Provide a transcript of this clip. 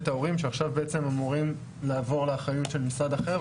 את ההורים שעכשיו בעצם אמורים לעבור לאחריות של משרד אחר,